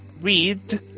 read